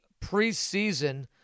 preseason